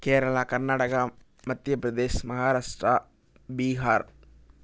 Kerala Karnataka Madhya Pradesh Maharashtra Bihar